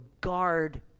guard